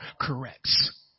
corrects